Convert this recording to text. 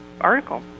article